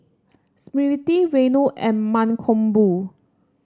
Smriti Renu and Mankombu